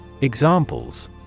Examples